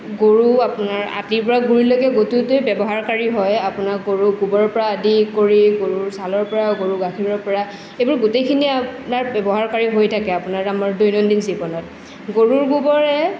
গৰু আপোনাৰ আদিৰ পৰা গুৰিলৈকে গোটেইটোৱে ব্যৱহাৰকাৰী হয় আপোনাৰ গৰুৰ গোবৰৰ পৰা আদি কৰি গৰুৰ ছালৰ পৰা গৰুৰ গাখীৰৰ পৰা এইবোৰ গোটেইখিনিয়ে আপোনাৰ ব্যৱহাৰকাৰী হৈয়ে থাকে আপোনাৰ আমাৰ দৈনন্দিন জীৱনত গৰুৰ গোবৰে